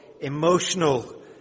emotional